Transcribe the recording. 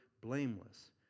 blameless